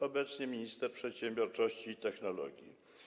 Obecne jest to minister przedsiębiorczości i technologii.